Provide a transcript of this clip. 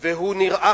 הוא נראה